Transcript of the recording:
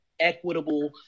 equitable